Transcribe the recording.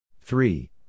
three